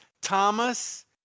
thomas